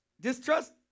distrust